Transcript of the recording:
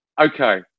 Okay